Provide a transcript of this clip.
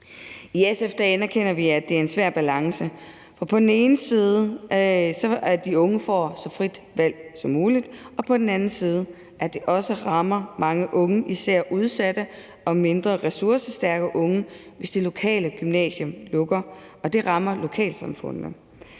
I SF anerkender vi, at det er en svær balance, hvor man på den ene side vil give de unge så frit et valg som muligt, mens det på den anden side rammer mange unge, især udsatte og mindre ressourcestærke unge, hvis det lokale gymnasie lukker, hvilket også rammer lokalsamfundene.